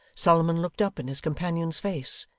solomon looked up in his companion's face,